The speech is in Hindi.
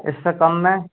इससे कम में